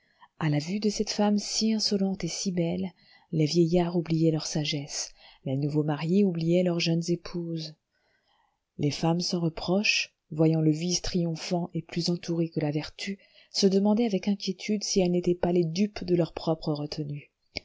à la vue de cette femme si insolente et si belle les vieillards oubliaient leur sagesse les nouveaux mariés oubliaient leur jeune épouse les femmes sans reproche voyant le vice triomphant et plus entouré que la vertu se demandaient avec inquiétude si elles n'étaient pas les dupes de leur propre retenue